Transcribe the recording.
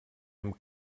amb